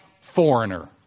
foreigner